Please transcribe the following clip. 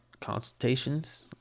Consultations